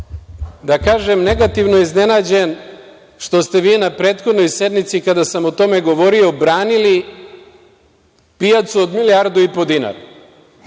da kažem, negativno iznenađen što ste vi na prethodnoj sednici kada sam o tome govorio, branili pijacu od milijardu i po dinara